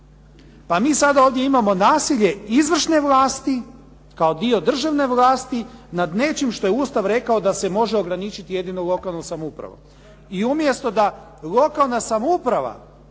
Pa mi sada ovdje imamo nasilje izvršne vlasti kao dio državne vlasti nad nečim što je Ustav rekao da se može ograničiti jedino lokalnom samoupravom. I umjesto da lokalna samouprava